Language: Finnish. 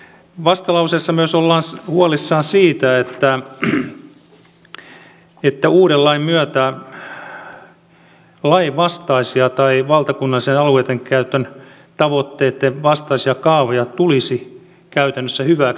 vastalauseessa myös ollaan huolissaan siitä että uuden lain myötä lainvastaisia tai valtakunnallisten alueidenkäytön tavoitteitten vastaisia kaavoja tulisi käytännössä hyväksytyksi